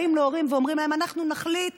באים להורים ואומרים להם: אנחנו נחליט